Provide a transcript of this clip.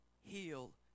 heal